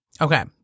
Okay